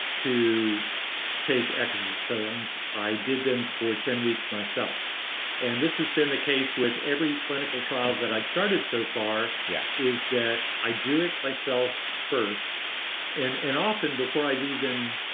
to exosomes, i did them for ten weeks myself and this has been the case with every clinical trial that i've started so far yeah is that i do it myself first and and often before i've even